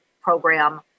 program